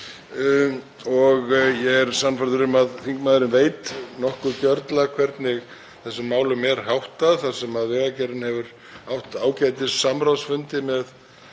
og ég er sannfærður um að þingmaðurinn veit nokkuð gjörla hvernig þessum málum er háttað þar sem Vegagerðin hefur átt ágætis samráðsfundi með